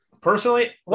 personally